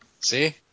See